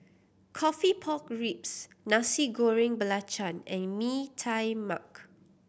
coffee pork ribs Nasi Goreng Belacan and Mee Tai Mak